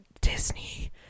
Disney